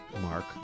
Mark